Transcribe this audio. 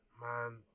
man